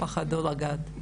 פחדו לגעת.